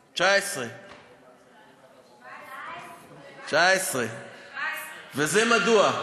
2017. 2019. 2017. 2019. 2017. וזה מדוע?